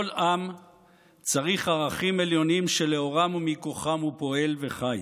כל עם צריך ערכים עליונים שלאורם ומכוחם הוא פועל וחי.